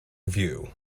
view